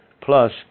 plus